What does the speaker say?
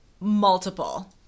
multiple